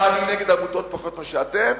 מה, אני נגד עמותות, פחות מאשר אתם?